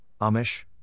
Amish